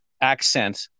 accent